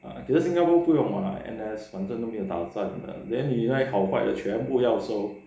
啊可是新加坡不用啦 N_S 反正都没有打战的 then 你这跑快的全部要收